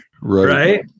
Right